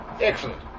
Excellent